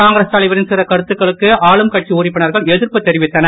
காங்கிரஸ் தலைவரின் சில கருத்துக்களுக்கு ஆளும்கட்சி உறுப்பினர்கள் எதிர்ப்பு தெரிவித்தனர்